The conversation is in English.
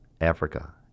Africa